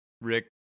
Rick